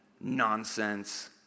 nonsense